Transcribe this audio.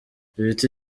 ibiti